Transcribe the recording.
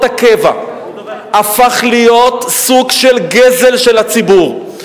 הקבע הפך להיות סוג של גזל של הציבור.